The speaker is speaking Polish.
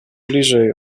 bliżej